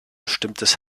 bestimmtes